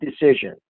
decision